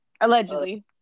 Allegedly